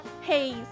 Hey